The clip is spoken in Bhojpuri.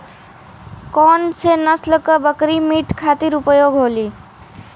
कौन से नसल क बकरी मीट खातिर उपयोग होली?